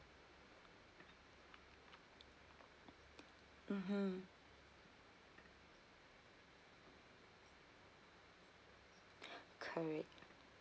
mmhmm correct